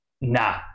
Nah